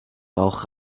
bauch